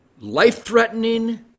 life-threatening